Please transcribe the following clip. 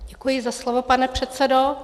Děkuji za slovo, pane předsedo.